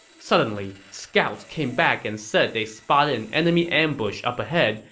suddenly, scouts came back and said they spotted an enemy ambush up ahead.